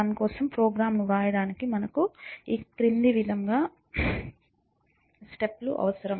1 కోసం ప్రోగ్రామ్ ను వ్రాయడానికి మనకు ఈ క్రింది స్టెప్ లు అవసరం